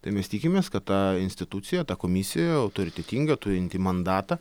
tai mes tikimės kad ta institucija ta komisija autoritetinga turinti mandatą